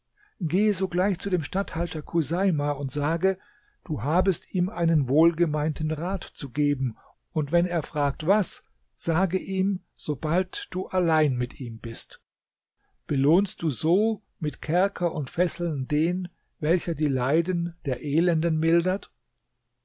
gehe sogleich zu dem statthalter chuseima und sage du habest ihm einen wohlgemeinten rat zu geben und wenn er fragt was sage ihm sobald du allein mit ihm bist belohnst du so mit kerker und fesseln den welcher die leiden der elenden mildert